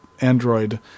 Android